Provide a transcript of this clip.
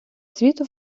світу